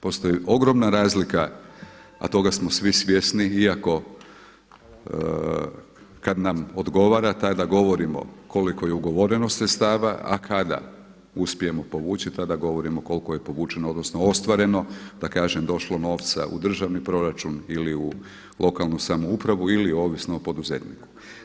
Postoji ogromna razlika, a toga smo svi svjesni, iako kada nam odgovara tada govorimo koliko je ugovoreno sredstava, a kada uspijemo povući tada govorimo koliko je povučeno odnosno ostvareno, da kažem došlo novca u državni proračun ili u lokalnu samoupravu ili ovisno o poduzetniku.